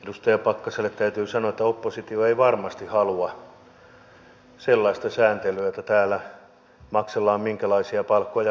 edustaja pakkaselle täytyy sanoa että oppositio ei varmasti halua sellaista sääntelyä että täällä maksellaan minkälaisia palkkoja hyvänsä